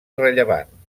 rellevant